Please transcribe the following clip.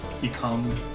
become